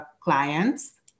clients